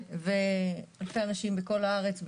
אלפי אנשים בכל הארץ,